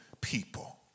people